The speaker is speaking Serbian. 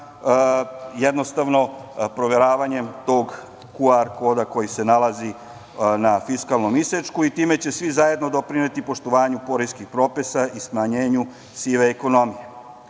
jednostavnim proveravanjem QR koda koji se nalazi na fiskalnom isečku i time će svi zajedno doprineti poštovanju poreskih propisa i smanjenju sive ekonomije. Naravno,